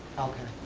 okay.